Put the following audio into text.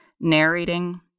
narrating